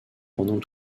pendant